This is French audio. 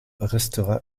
restera